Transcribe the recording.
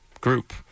group